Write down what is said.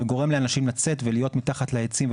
וגורם לאנשים לצאת ולהיות מתחת לעצים,